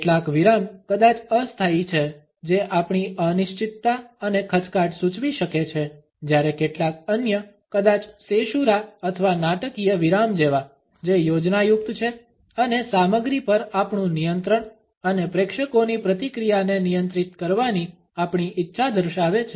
કેટલાક વિરામ કદાચ અસ્થાયી છે જે આપણી અનિશ્ચિતતા અને ખચકાટ સૂચવી શકે છે જ્યારે કેટલાક અન્ય કદાચ સેશૂરા અથવા નાટકીય વિરામ જેવા જે યોજના યુક્ત છે અને સામગ્રી પર આપણું નિયંત્રણ અને પ્રેક્ષકોની પ્રતિક્રિયાને નિયંત્રિત કરવાની આપણી ઇચ્છા દર્શાવે છે